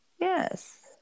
Yes